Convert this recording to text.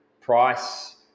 price